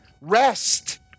rest